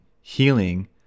healing